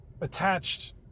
attached